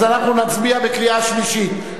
אז אנחנו נצביע בקריאה שלישית,